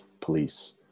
police